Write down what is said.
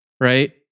right